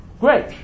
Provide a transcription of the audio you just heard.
Great